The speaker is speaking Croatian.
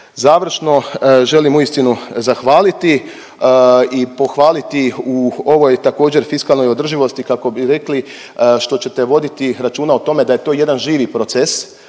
Završno želim uistinu zahvaliti i pohvaliti u ovoj također fiskalnoj održivosti kako bi rekli što ćete voditi računa o tome da je to jedan živi proces,